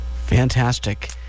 Fantastic